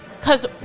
Cause